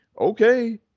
okay